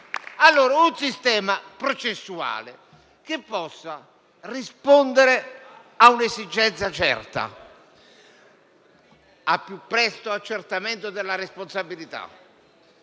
un sistema processuale che possa rispondere a un'esigenza certa: al più presto l'accertamento della responsabilità